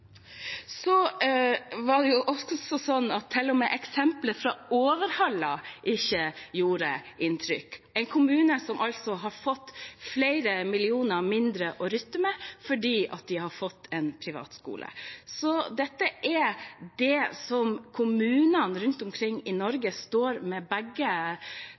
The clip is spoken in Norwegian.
fra Overhalla gjorde inntrykk – en kommune som altså har fått flere millioner mindre å rutte med fordi de har fått en privatskole. Dette er det som kommunene rundt omkring i Norge står med begge